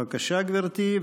בבקשה, גברתי.